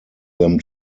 them